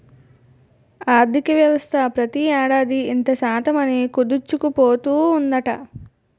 ఆర్థికవ్యవస్థ ప్రతి ఏడాది ఇంత శాతం అని కుదించుకుపోతూ ఉందట